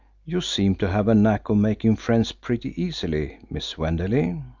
you seem to have a knack of making friends pretty easily, miss wenderley.